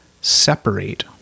separate